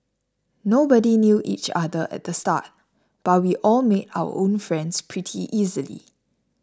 nobody knew each other at the start but we all made our own friends pretty easily